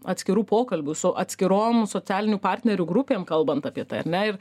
atskirų pokalbių su atskirom socialinių partnerių grupėm kalbant apie tai ar ne ir